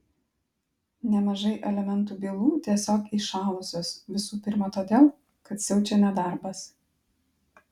nemažai alimentų bylų tiesiog įšalusios visų pirma todėl kad siaučia nedarbas